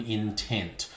intent